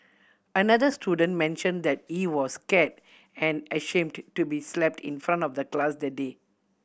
another student mentioned that he was scared and ashamed to be slapped in front of the class that day